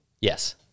Yes